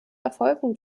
erfolgen